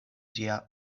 ĝia